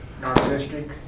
Narcissistic